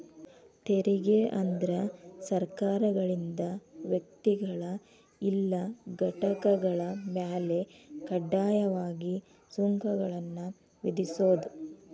ತೆರಿಗೆ ಅಂದ್ರ ಸರ್ಕಾರಗಳಿಂದ ವ್ಯಕ್ತಿಗಳ ಇಲ್ಲಾ ಘಟಕಗಳ ಮ್ಯಾಲೆ ಕಡ್ಡಾಯವಾಗಿ ಸುಂಕಗಳನ್ನ ವಿಧಿಸೋದ್